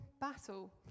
battle